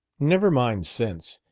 never mind sense.